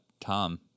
Tom